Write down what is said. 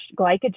glycogen